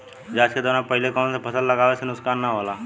जाँच के दौरान पहिले कौन से फसल लगावे से नुकसान न होला?